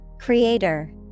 Creator